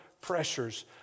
pressures